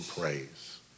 praise